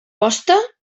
posta